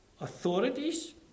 authorities